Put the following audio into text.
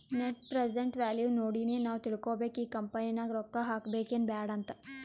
net present value ನೋಡಿನೆ ನಾವ್ ತಿಳ್ಕೋಬೇಕು ಈ ಕಂಪನಿ ನಾಗ್ ರೊಕ್ಕಾ ಹಾಕಬೇಕ ಎನ್ ಬ್ಯಾಡ್ ಅಂತ್